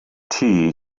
tea